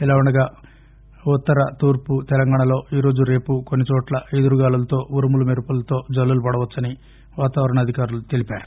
ఇలావుండగా ఉత్తర తూర్పు తెలంగాణాలో ఈరోజు రేపు కొన్ని చోట్ల ఈదురుగాలులతో ఉరుములు మెరుపులతో జల్లులు పడవచ్చని వాతావరణ అధికారులు తెలిపారు